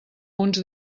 uns